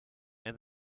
and